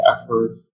effort